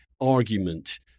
argument